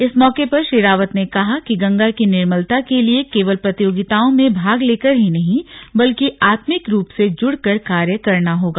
इस मौके पर श्री रावत ने कहा कि गंगा की निर्मेलता के लिए केवल प्रतियोगिताओं में भाग लेकर ही नहीं बल्कि आत्मिक रूप से जुड़ कर कार्य करना होगा